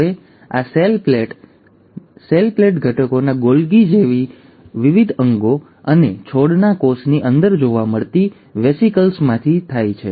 હવે આ cell plate cell પ્લેટના ઘટકો ગોલ્ગી જેવા વિવિધ અંગો અને છોડના કોષની અંદર જોવા મળતી વેસિકલ્સમાંથી આવે છે